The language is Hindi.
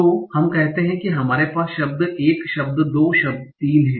तो हम कहते हैं कि हमारे पास शब्द 1 शब्द 2 शब्द 3 है